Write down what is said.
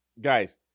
Guys